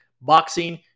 boxing